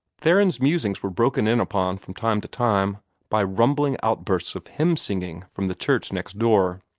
theron's musings were broken in upon from time to time by rumbling outbursts of hymn-singing from the church next door.